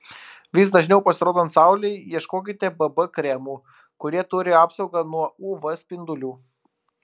vis dažniau pasirodant saulei ieškokite bb kremų kurie turi apsaugą nuo uv spindulių